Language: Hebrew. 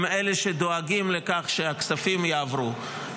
הם אלה שדואגים לכך שהכספים יעברו.